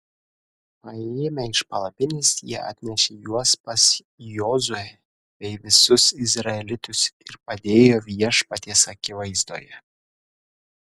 paėmę iš palapinės jie atnešė juos pas jozuę bei visus izraelitus ir padėjo viešpaties akivaizdoje